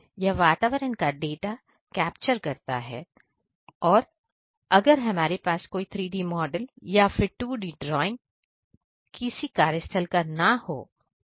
यह वातावरण का डाटा को कैप्चर करता है अगर हमारे पास कोई 3D मॉडल या फिर 2D ड्रॉइंग किसी कार्यस्थल का ना हो तो